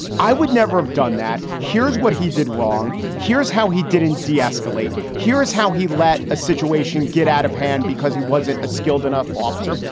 i would never have done that. here's what he did wrong. here's how he didn't de-escalate. how he let a situation get out of hand because he wasn't a skilled enough officer.